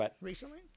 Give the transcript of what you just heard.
recently